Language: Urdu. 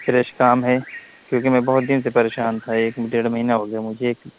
فریش کام ہے کیونکہ میں بہت دن سے پریشان تھا ایک ڈیڑھ مہینہ ہو گیا مجھے ایک